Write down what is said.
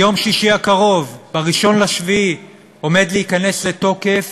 ביום שישי הקרוב, ב-1 ביולי, עומדת להיכנס לתוקף